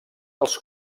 als